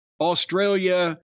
Australia